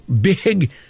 Big